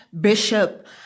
Bishop